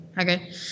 Okay